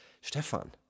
Stefan